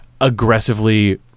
aggressively